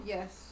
Yes